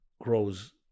grows